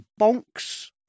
Bonks